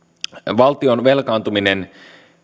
valtion velkaantuminen